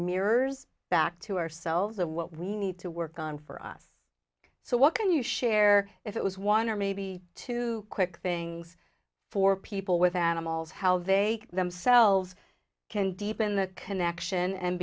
mirrors back to ourselves and what we need to work on for us so what can you share if it was one or maybe two quick things for people with animals how they themselves can deepen that connection and